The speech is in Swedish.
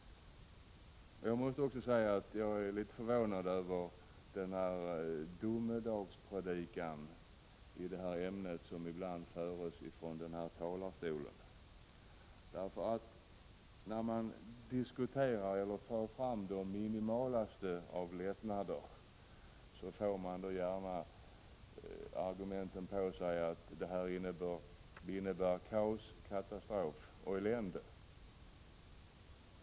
Jag är litet förvånad över den domedagspredikan i detta ämne som ibland hålls från denna talarstol. När man diskuterar eller för fram förslag om de minimalaste lättnader får man höra argument som att de innebär kaos, katastrof och elände.